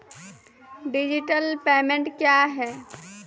Digital payment क्या हैं?